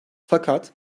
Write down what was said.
fakat